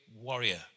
warrior